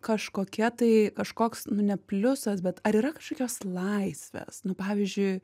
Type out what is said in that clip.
kažkokia tai kažkoks nu ne pliusas bet ar yra kažkokios laisvės nu pavyzdžiui